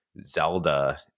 zelda